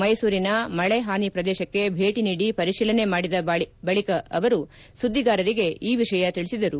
ಮೈಸೂರಿನ ಮಳೆ ಹಾನಿ ಪ್ರದೇಶಕ್ಕೆ ಭೇಟಿ ನೀಡಿ ಪರಿತೀಲನೆ ಮಾಡಿದ ಬಳಿಕ ಅವರು ಸುದ್ಲಿಗಾರರಿಗೆ ಈ ವಿಷಯ ತಿಳಿಸಿದರು